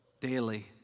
daily